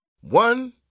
One